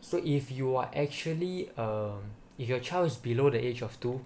so if you are actually uh if your child is below the age of two